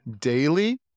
daily